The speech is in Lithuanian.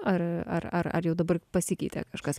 ar ar ar jau dabar pasikeitė kažkas